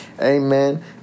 Amen